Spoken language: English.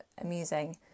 amusing